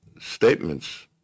statements